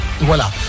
Voilà